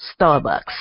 Starbucks